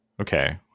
Okay